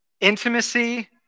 Intimacy